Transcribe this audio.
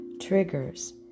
triggers